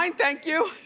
um thank you.